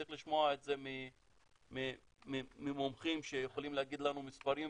צריך לשמוע את זה ממומחים שיכולים להגיד לנו מספרים